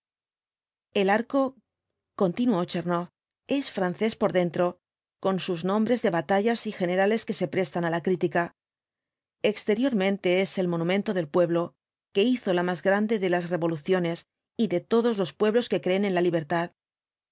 el arco continuó tchernoff es francés por dentro con sus nombres de batallas y generales que se prestan á la crítica exteriormente es el monumento del pueblo que hizo la más grande de las revoluciones y de todos los pueblos que creen en la libertad